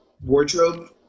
wardrobe